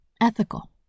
ethical